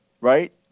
Right